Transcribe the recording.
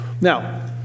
Now